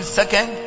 second